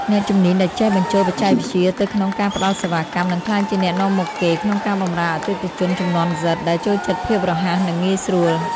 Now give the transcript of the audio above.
អ្នកជំនាញដែលចេះបញ្ចូលបច្ចេកវិទ្យាទៅក្នុងការផ្ដល់សេវាកម្ម នឹងក្លាយជាអ្នកនាំមុខគេក្នុងការបម្រើអតិថិជនជំនាន់ Z ដែលចូលចិត្តភាពរហ័ស និងងាយស្រួល។